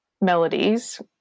melodies